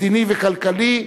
המדיני והכלכלי,